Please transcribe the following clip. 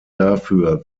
dafür